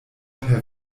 per